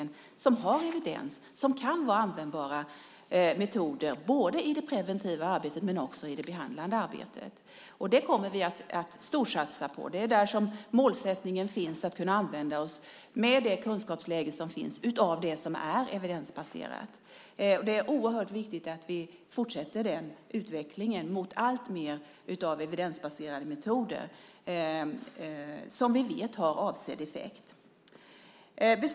Det handlar om sådant som har evidens och som kan vara användbara metoder i det preventiva arbetet och också i det behandlande arbetet. Det kommer vi att storsatsa på. Målsättningen är att vi, med det kunskapsläge som finns, ska kunna använda oss av det som är evidensbaserat. Det är oerhört viktigt att vi fortsätter utvecklingen mot alltmer evidensbaserade metoder som vi vet har avsedd effekt.